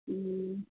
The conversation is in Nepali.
ए